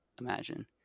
imagine